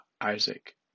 Isaac